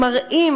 הם מראים,